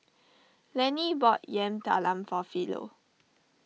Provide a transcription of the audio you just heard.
Lenny bought Yam Talam for Philo